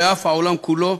ואף העולם כולו,